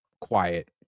quiet